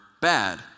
bad